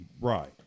Right